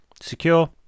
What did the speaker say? secure